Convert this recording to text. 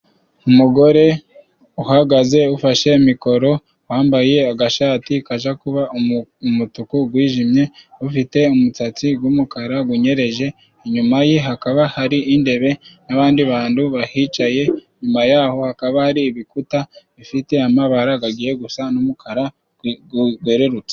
Umugore uhagaze ufashe mikoro wambaye agashati kaja kuba umutuku gwijimye, ufite umutsatsi gw'umukara gunyereje, inyuma ye hakaba hari indebe n'abandi bandu bahicaye, inyuma yaho hakaba hari ibikuta bifite amabara gagiye gusa n'umukara gwererutse.